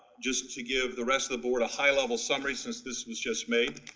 just to give the rest of the board a high level summary since this was just made,